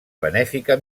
benèfica